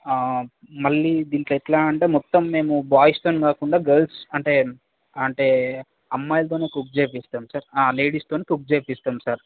మళ్ళీ దీంట్లో ఎట్లా అంటే మొత్తం మేము బాయ్స్తో కాకుండా గర్ల్స్ అంటే అంటే అమ్మాయిలతో కుక్ చేయిస్తాం సార్ లేడీస్తో కుక్ చేయిస్తాం సార్